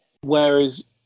whereas